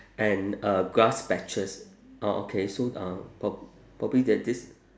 and uh grass patches orh okay so uh prob~ probably that this